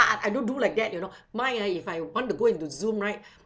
I don't do like that you know mine ah if I want to go into Zoom right